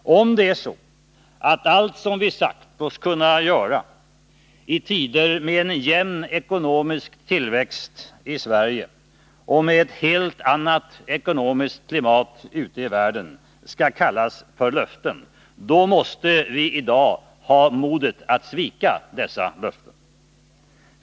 Om allt det som vi sagt oss kunna göra i tider med en jämn ekonomisk tillväxt i Sverige och med ett helt annat ekonomiskt klimat ute i världen skall kallas löften, då måste vi i dag ha modet att svika dessa löften.